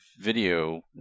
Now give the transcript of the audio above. video